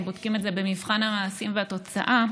אם בודקים את זה במבחן המעשים והתוצאה,